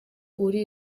uri